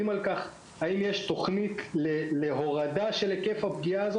על כך האם יש תוכנית להורדה של היקף הפגיעה.